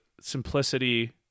simplicity